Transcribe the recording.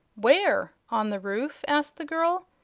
where? on the roof? asked the girl.